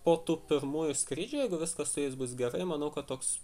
po tų pirmųjų skrydžių jeigu viskas su jais bus gerai manau kad toks